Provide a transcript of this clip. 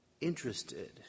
interested